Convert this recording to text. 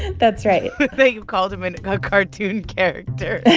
that's right you've called him and a cartoon character.